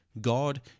God